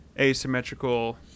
asymmetrical